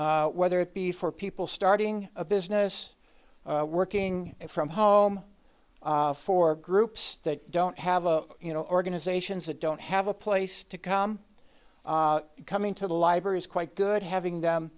whether it be for people starting a business working from home for groups that don't have a you know organizations that don't have a place to come coming to the library is quite good having them